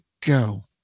go